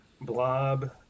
Blob